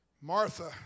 Martha